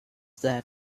that